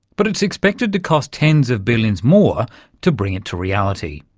but it's expected to cost tens of billions more to bring it to reality.